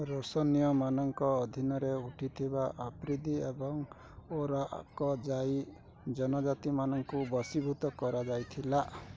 ରୋଶନୀୟମାନଙ୍କ ଅଧୀନରେ ଉଠିଥିବା ଆଫ୍ରିଦି ଏବଂ ଓରାକଜାଇ ଜନଜାତିମାନଙ୍କୁ ବଶୀଭୂତ କରାଯାଇଥିଲା